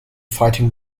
fighting